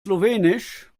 slowenisch